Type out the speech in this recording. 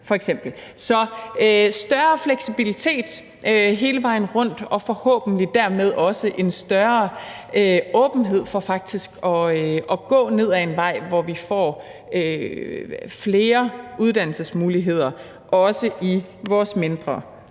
større fleksibilitet hele vejen rundt og forhåbentlig dermed også en større åbenhed for faktisk at gå ned ad en vej, hvor vi får flere uddannelsesmuligheder, også i vores mindre